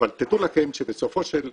אבל תדעו לכם שבסופו של התהליך,